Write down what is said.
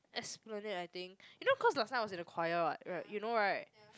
Esplanade I think you know cause last time I was in a choir what right you know right